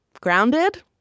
Grounded